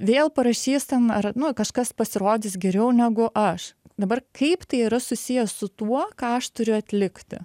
vėl parašys ten ar nu kažkas pasirodys geriau negu aš dabar kaip tai yra susiję su tuo ką aš turiu atlikti